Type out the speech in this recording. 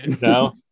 No